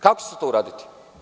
Kako ćete to uraditi?